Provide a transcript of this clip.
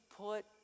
put